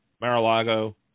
Mar-a-Lago